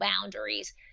boundaries